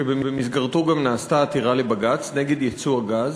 שבמסגרתו גם הוגשה עתירה לבג"ץ נגד ייצוא הגז,